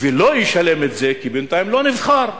ולא ישלם את זה, כי בינתיים לא נבחר,